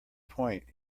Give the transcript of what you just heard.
point